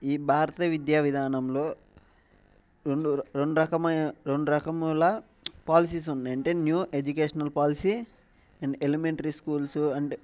ఈ భారతీయ విద్యావిధానంలో రెండు రొ రెండు రకమైన రెండు రకముల పాలసీస్ ఉన్నాయి అంటే new educational policy and elementary schools and